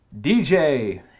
DJ